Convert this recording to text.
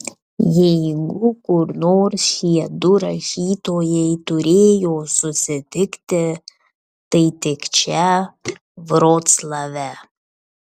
jeigu kur nors šie du rašytojai turėjo susitikti tai tik čia vroclave